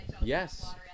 Yes